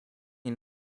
ihn